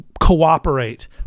cooperate